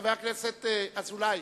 חבר הכנסת אזולאי,